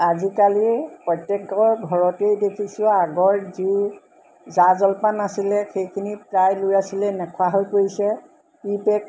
আজিকালি প্ৰত্যেকৰ ঘৰতেই দেখিছোঁ আগৰ যি জা জলপান আছিলে সেইখিনি প্ৰায় ল'ৰা ছোৱালীয়ে নোখোৱা হৈ পৰিছে প্ৰি পেক